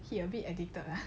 he a bit addicted lah